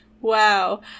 Wow